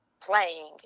playing